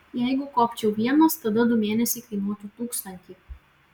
jeigu kopčiau vienas tada du mėnesiai kainuotų tūkstantį